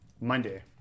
Monday